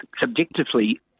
subjectively